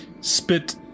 spit